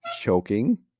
choking